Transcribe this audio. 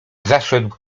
zaszedł